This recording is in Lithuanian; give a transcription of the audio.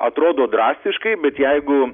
atrodo drastiškai bet jeigu